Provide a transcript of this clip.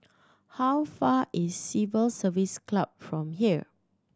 how far is Civil Service Club from here